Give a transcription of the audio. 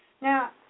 now